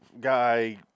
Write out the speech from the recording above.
guy